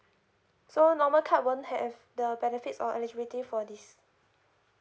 so normal card won't have the benefits or eligibility for this